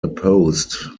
opposed